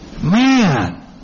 Man